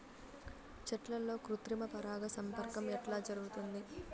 చెట్లల్లో కృత్రిమ పరాగ సంపర్కం ఎట్లా జరుగుతుంది?